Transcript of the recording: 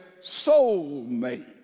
soulmate